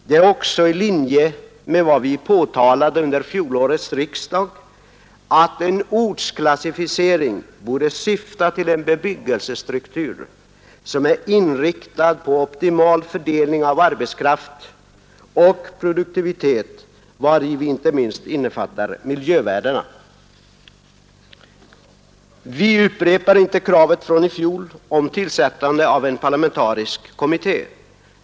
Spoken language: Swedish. Detta är också i linje med vad vi framhöll under fjolårets riksdag att en ortsklassificering borde syfta till en bebyggelsestruktur, som är inriktad på optimal fördelning av arbetskraft och produktivitet, vari vi inte minst innefattar miljövärdena. Vi upprepar inte kravet från i fjol om tillsättande av en parlamentarisk kommitté.